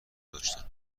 داشتم